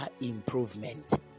improvement